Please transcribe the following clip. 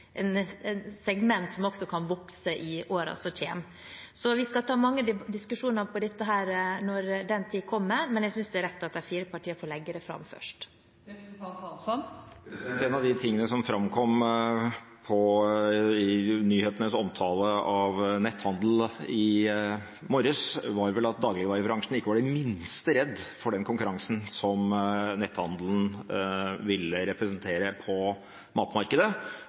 segment som også kan vokse i årene som kommer. Vi skal ta mange diskusjoner om dette når den tid kommer, men jeg synes det er rett at de fire partiene får legge det fram først. En av de tingene som framkom i nyhetenes omtale av netthandel i morges, var vel at dagligvarebransjen ikke var det minste redd for den konkurransen som netthandelen vil representere på matmarkedet.